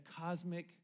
cosmic